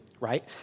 right